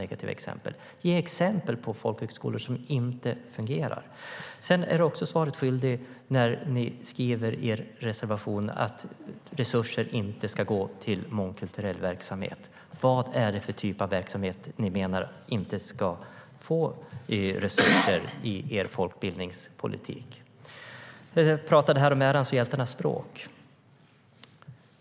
Ge exempel på folkhögskolor som inte fungerar. Du är också svaret skyldig när det gäller det ni skriver i er reservation att resurser inte ska gå till mångkulturell verksamhet. Vad är det för typ av verksamhet ni menar inte ska få resurser i er folkbildningspolitik? Vi talade om ärans och hjältarnas språk.